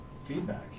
feedback